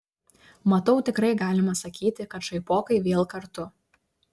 matau tikrai galima sakyti kad šaipokai vėl kartu